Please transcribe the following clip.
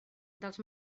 dels